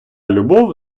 любов